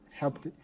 helped